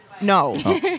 No